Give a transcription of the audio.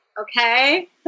okay